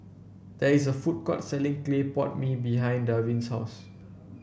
there is a food court selling Clay Pot Mee behind Darvin's house